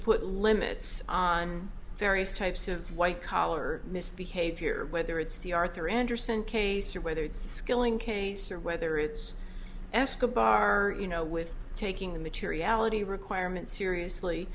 put limits on various types of white collar misbehavior whether it's the arthur andersen case or whether it's skilling case or whether it's escobar you know with taking the materiality requirement seriously